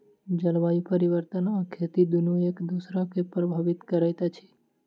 जलवायु परिवर्तन आ खेती दुनू एक दोसरा के प्रभावित करैत अछि